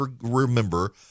remember